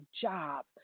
job